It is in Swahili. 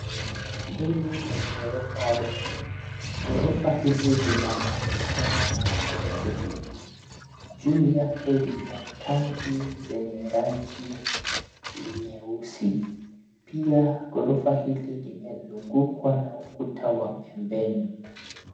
Hili ni korofa refu, korofa hili linaonekana na rangi tulifu, juu yake kuna tangu yenye rangi nyeusi pia korofa hili limesungukwa na Kuta wa pembeni